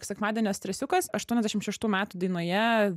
sekmadienio stresiukas aštuoniasdešimt šeštų metų dainoje